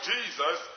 Jesus